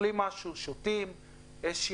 אוכלים משהו או שותים משהו.